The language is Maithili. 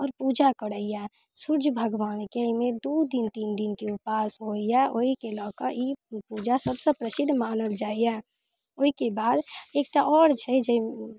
आओर पूजा करैए भगवानके एहिमे दू दिन तीन दिनके उपवास होइए ओहिके लऽ कऽ ई पूजा सभसँ प्रसिद्ध मानल जाइए ओहिके बाद एकटा आओर छै जे